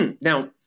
Now